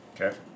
Okay